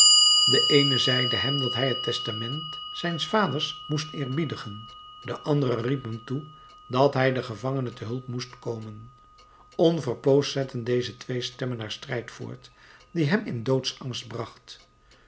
de eene zeide hem dat hij het testament zijns vaders moest eerbiedigen de andere riep hem toe dat hij den gevangene te hulp moest komen onverpoosd zetten deze twee stemmen haar strijd voort die hem in doodsangst bracht